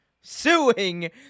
suing